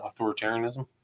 authoritarianism